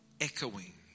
echoing